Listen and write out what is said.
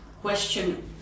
question